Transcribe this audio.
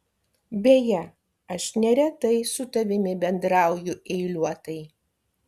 beje aš neretai su tavimi bendrauju eiliuotai